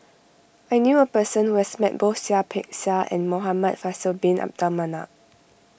I knew a person who has met both Seah Peck Seah and Muhamad Faisal Bin Abdul Manap